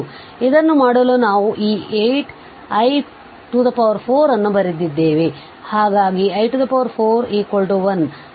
ಆದ್ದರಿಂದ ಇದನ್ನು ಮಾಡಲು ನಾವು ಈ 8i4 ಅನ್ನು ಬರೆದಿದ್ದೇವೆ ಹಾಗಾಗಿ i4 1